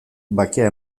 bakea